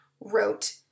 wrote